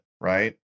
Right